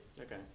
Okay